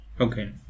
Okay